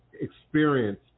experience